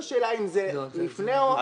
השאלה היא האם זה לפני או אחרי, זה הכול.